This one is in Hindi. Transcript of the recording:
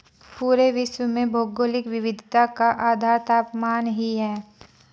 पूरे विश्व में भौगोलिक विविधता का आधार तापमान ही है